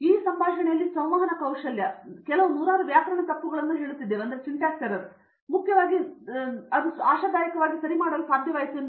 ಈ ಸಂಭಾಷಣೆಯಲ್ಲಿ ಸಂವಹನ ಕೌಶಲ್ಯ ನಾವು ಕೆಲವು ನೂರಾರು ವ್ಯಾಕರಣ ತಪ್ಪುಗಳನ್ನು ಹೇಳುತ್ತಿದ್ದೆವು ಮುಖ್ಯವಾಗಿ ನಾವು ಆಶಾದಾಯಕವಾಗಿ ಸರಿ ಹೇಳಲು ಸಾಧ್ಯವಾಯಿತು ಎಂದು